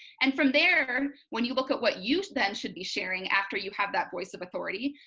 and from there, when you look at what you then should be sharing after you have that voice of authority,